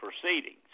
proceedings